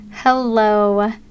Hello